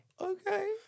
Okay